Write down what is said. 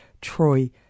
Troy